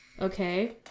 okay